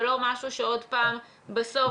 ולא משהו שעוד פעם בסוף,